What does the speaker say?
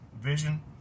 vision